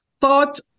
thought